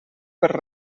per